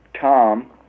Tom